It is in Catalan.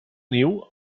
niu